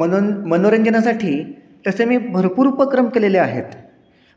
मनो मनोरंजनासाठी तसे मी भरपूर उपक्रम केलेले आहेत